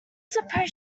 suppose